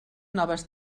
noves